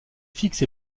fixe